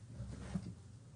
אנחנו